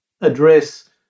address